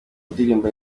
ndirimbo